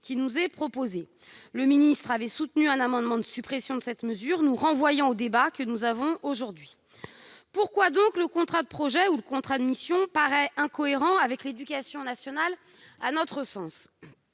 disposition. Le ministre avait alors soutenu un amendement de suppression de cette mesure, nous renvoyant au débat que nous tenons aujourd'hui. Pourquoi le contrat de projet ou le contrat de mission nous paraît-il incohérent avec l'éducation nationale ? J'entends